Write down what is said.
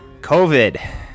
COVID